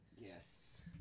Yes